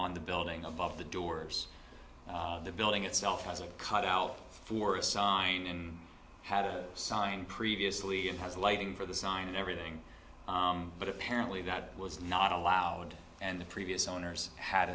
on the building above the doors of the building itself has a cut out for a sign and had a sign previously it has a lighting for the sign and everything but apparently that was not allowed and the previous owners had